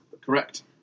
Correct